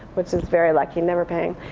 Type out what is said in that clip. which is very lucky, never paying.